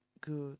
good